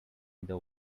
either